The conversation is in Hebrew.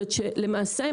למעשה,